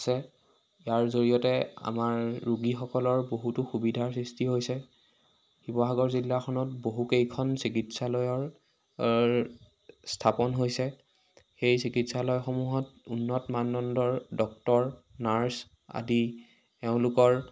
আছে ইয়াৰ জৰিয়তে আমাৰ ৰোগীসকলৰ বহুতো সুবিধাৰ সৃষ্টি হৈছে শিৱসাগৰ জিলাখনত বহুকেইখন চিকিৎসালয়ৰ স্থাপন হৈছে সেই চিকিৎসালয়সমূহত উন্নত মানদণ্ডৰ ডক্টৰ নাৰ্ছ আদি এওঁলোকৰ